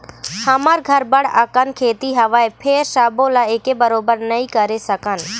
हमर घर बड़ अकन खेती हवय, फेर सबो ल एके बरोबर नइ करे सकन